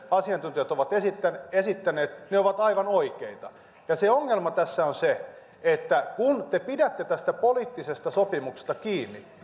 asiantuntijat ovat esittäneet esittäneet ovat aivan oikeita se ongelma tässä on se että kun te pidätte tästä poliittisesta sopimuksesta kiinni